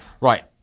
right